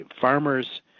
farmers